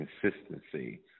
consistency